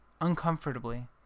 uncomfortably